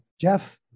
Jeff